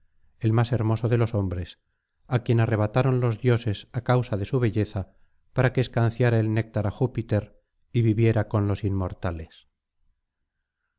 el más hermoso de los hombres á quien arrebataron los dioses á causa de su belleza para que escanciara el néctar á júpiter y viviera con los inmortales